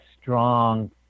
strong